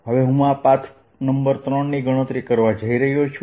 હવે હું આ પાથ નંબર 3 ની ગણતરી કરવા જઇ રહ્યો છું